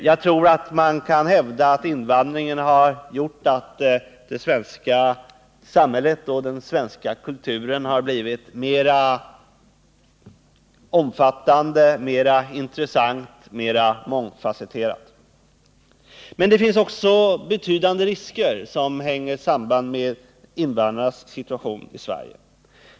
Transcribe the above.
Jag tror att man kan hävda att invandringen har gjort att det svenska samhället och den svenska kulturen har blivit mera intressant och mångfasetterad. Men med invandrarnas situation i Sverige sammanhänger också betydande risker.